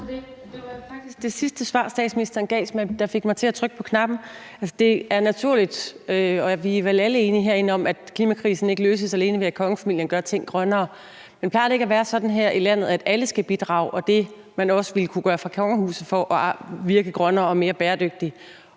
Det var jo faktisk det sidste svar, statsministeren gav, der fik mig til at trykke på knappen. Altså, vi er herinde vel alle sammen enige om, at det er naturligt, at klimakrisen ikke løses, alene ved at kongefamilien gør nogle ting på en grønnere måde. Men plejer det ikke at være sådan her i landet, at alle skal bidrage, og at det, som man også fra kongehusets side ville kunne gøre for at virke grønnere og mere bæredygtig